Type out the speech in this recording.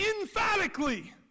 emphatically